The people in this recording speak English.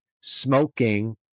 smoking